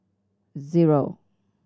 zero